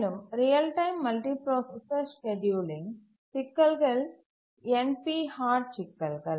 மேலும் real time multiprocessor scheduling சிக்கல்கள் NP hard சிக்கல்கள்